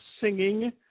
singing